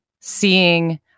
seeing